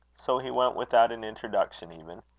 so he went without an introduction even.